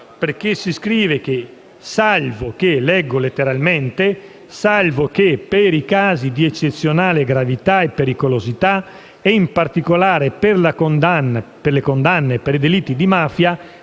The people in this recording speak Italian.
perché si scrive alla lettera *b)*: «salvo che per i casi di eccezionale gravità e pericolosità e in particolare per le condanne per i delitti di mafia